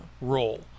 role